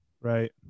Right